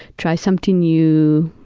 try something new,